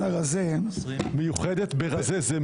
מיוחדת ברזה,